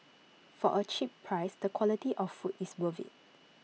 for A cheap price the quality of food is worth IT